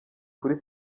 kuri